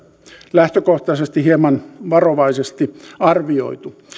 lähtökohtaisesti hieman varovaisesti arvioitu